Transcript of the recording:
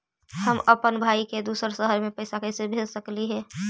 हम अप्पन भाई के दूसर शहर में पैसा कैसे भेज सकली हे?